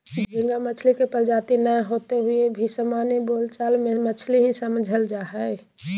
झींगा मछली के प्रजाति नै होते हुए भी सामान्य बोल चाल मे मछली ही समझल जा हई